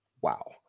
Wow